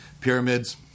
pyramids